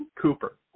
Cooper